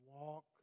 walk